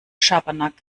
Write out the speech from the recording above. schabernack